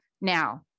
Now